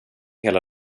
hela